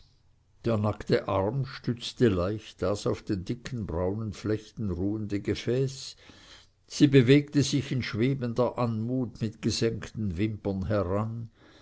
der nackte arm stützte leicht das auf den dicken braunen flechten ruhende gefäß sie bewegte sich in schwebender anmut mit gesenkten wimpern heran